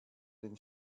den